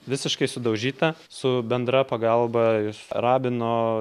visiškai sudaužyta su bendra pagalba iš rabino